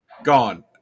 gone